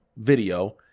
video